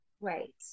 Right